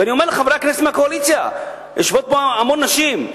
אני אומר לחברי הכנסת מהקואליציה: יושבות פה המון נשים,